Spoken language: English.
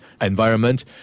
environment